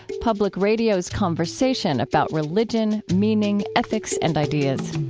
public radio's conversation about religion, meaning, ethics, and ideas.